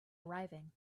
arriving